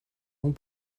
ans